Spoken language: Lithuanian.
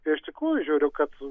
ir iš tikrųjų žiūriu kad